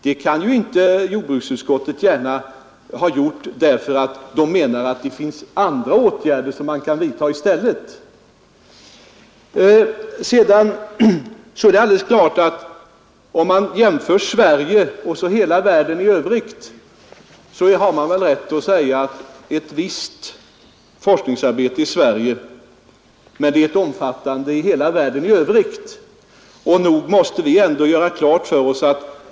Det kan ju inte jordbruksutskottet gärna ha gjort därför att man menar att det finns andra åtgärder att vidta i stället. Om man jämför Sveriges forskning med den som bedrivs i världen i övrigt är det riktigt att säga att vi skall ha ett visst forskningsarbete men att den totala forskningen i världen skall vara omfattande.